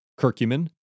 Curcumin